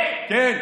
תודה,